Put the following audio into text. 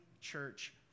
church